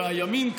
מהימין,